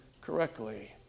correctly